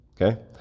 okay